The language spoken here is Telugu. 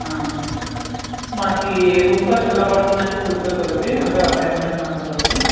మనకి రూమ్ కాస్ట్ ఎలా పడుతుందండి ఫుడ్తో కలిపి అంత కంబినేషన్ అంతా కలిపి